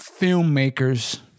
filmmakers